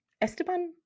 Esteban